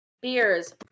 Beers